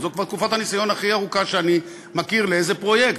זאת תקופת הניסיון הכי ארוכה שאני מכיר לאיזה פרויקט,